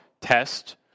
test